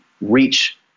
reach